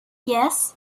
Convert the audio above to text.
yes